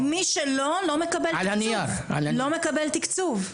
מי שלא, לא מקבל תיקצוב.